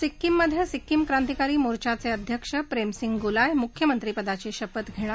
सिक्कीम मधे सिक्कीम क्रांतिकारी मोर्चाचे अध्यक्ष प्रेमसिंग गोलाय मुख्यमंत्रीपदाची शपथ घेणार